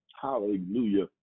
hallelujah